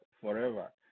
forever